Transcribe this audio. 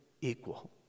equal